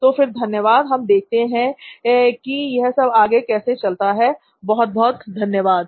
तो फिर धन्यवाद हम देखते हैं कि यह सब आगे कैसे चलता है बहुत बहुत धन्यवाद